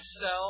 sell